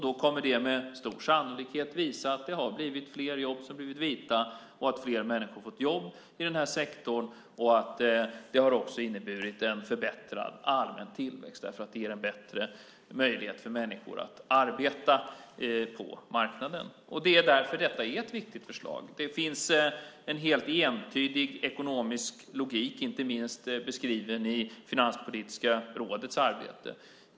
Då kommer det med stor sannolikhet att visa sig att det har blivit fler jobb som har blivit vita och att fler människor har fått jobb i den här sektorn och att det också har inneburit en förbättrad allmän tillväxt därför att det ger en bättre möjlighet för människor att arbeta på marknaden. Det är därför detta är ett viktigt förslag. Det finns en helt entydig ekonomisk logik, inte minst beskriven i Finanspolitiska rådets arbete.